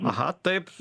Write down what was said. aha taip su